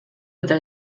eta